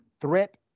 threat